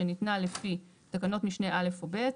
שניתנה לפי תקנות משנה (א) או (ב),